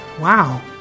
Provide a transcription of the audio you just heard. Wow